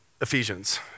Ephesians